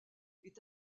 est